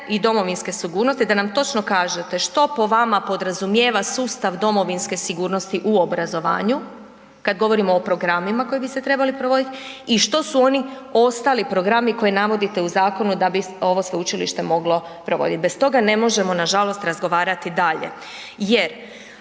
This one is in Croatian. i domovinske sigurnosti, da nam točno kažete što po vama podrazumijeva sustav domovinske sigurnosti u obrazovanju kad govorimo o programima koji bi se trebali provodit i što su oni ostali programi koje navodite u zakonu da bi ovo sveučilište moglo provodit? Bez toga ne možemo nažalost razgovarati dalje jer